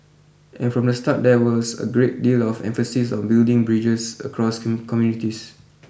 and from the start there was a great deal of emphasis on building bridges across communities